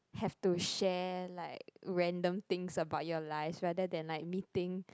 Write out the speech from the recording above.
have to share like random things about your life rather than like meeting